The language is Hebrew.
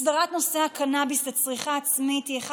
הסדרת נושא הקנביס לצריכה עצמית היא אחד